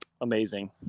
amazing